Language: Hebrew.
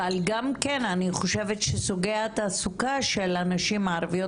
אבל גם כן אני חושבת שסוגי התעסוקה של הנשים הערביות